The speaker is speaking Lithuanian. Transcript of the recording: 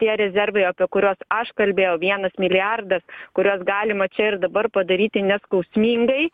tie rezervai apie kuriuos aš kalbėjau vienas milijardas kuriuos galima čia ir dabar padaryti neskausmingai